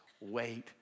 wait